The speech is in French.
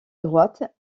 droite